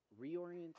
reorient